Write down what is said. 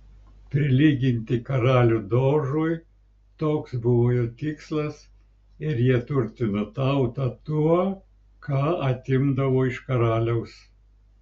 prilyginti karalių dožui toks buvo jų tikslas ir jie turtino tautą tuo ką atimdavo iš karaliaus